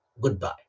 goodbye